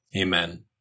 Amen